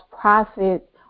prophet